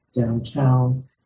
downtown